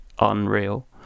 unreal